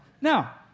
Now